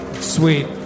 sweet